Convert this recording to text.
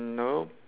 nope